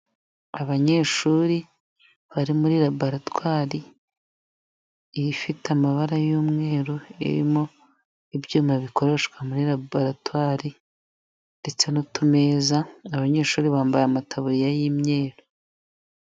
Abanyeshuri bari muri laboratwari ifite amabara y'umweru, irimo ibyuma bikoreshwa muri laboratwari ndetse n'utumeza, abanyeshuri bambaye amataburiya y'imyeru.